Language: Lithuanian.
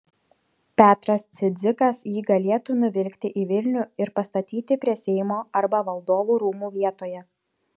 petras cidzikas jį galėtų nuvilkti į vilnių ir pastatyti prie seimo arba valdovų rūmų vietoje